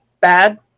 bad